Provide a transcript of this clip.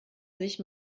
sich